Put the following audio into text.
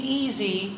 easy